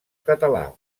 català